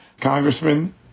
Congressman